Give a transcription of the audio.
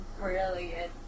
brilliant